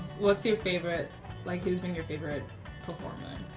what's your favorite like who's been your favorite performer?